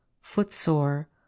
footsore